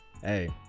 hey